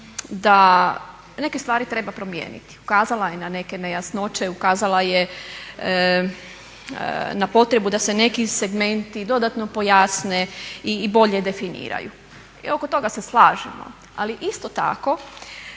da neke stvari treba promijeniti. Ukazala je na neke nejasnoće, ukazala je na potrebu da se neki segmenti dodatno pojasne i bolje definiraju. I oko toga se slažemo. Ali isto tako